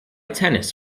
tennis